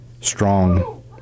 strong